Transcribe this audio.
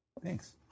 Thanks